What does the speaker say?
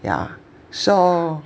yeah so